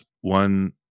one